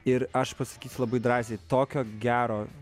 ir aš pasakysiu labai drąsiai tokio gero